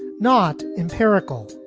not empirical